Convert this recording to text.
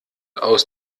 aus